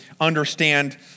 understand